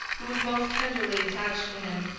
who was most tenderly attached to him.